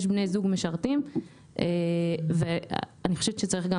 יש בני זוג משרתים ואני חושבת שצריך גם